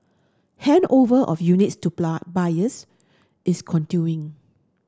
handover of units to buyers is continuing